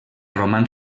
roman